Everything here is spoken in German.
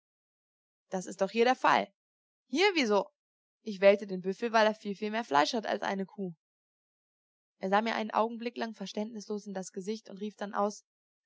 das ist doch hier der fall hier wie so ich wählte den büffel weil er viel viel mehr fleisch hat als eine kuh er sah mir einen augenblick lang verständnislos in das gesicht und rief dann aus